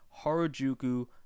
Harajuku